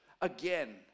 again